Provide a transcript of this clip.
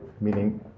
meaning